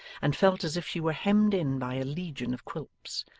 and felt as if she were hemmed in by a legion of quilps,